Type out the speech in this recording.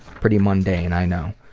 pretty mundane, i know.